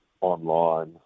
online